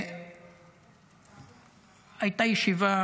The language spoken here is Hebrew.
הייתה ישיבה